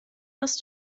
was